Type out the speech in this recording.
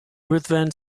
ruthven